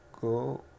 go